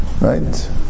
right